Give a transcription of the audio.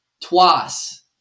Twice